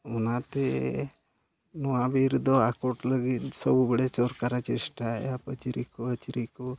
ᱚᱱᱟᱛᱮ ᱱᱚᱣᱟ ᱵᱤᱨ ᱫᱚ ᱟᱠᱚᱴ ᱞᱟᱹᱜᱤᱫ ᱥᱚᱵ ᱵᱟᱲᱮ ᱥᱚᱨᱠᱟᱨ ᱪᱮᱥᱴᱟᱭᱮᱜᱼᱟ ᱯᱟᱹᱪᱨᱤ ᱯᱟᱹᱪᱨᱤ ᱠᱚ